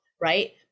right